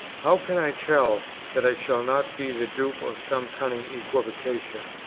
how can i tell that i shall not be the dupe of some cunning equivocation,